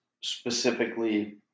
specifically